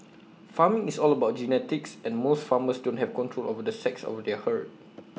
farming is all about genetics and most farmers don't have control over the sex of their herd